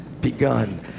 begun